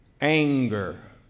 anger